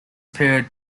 period